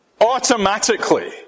automatically